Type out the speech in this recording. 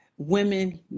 women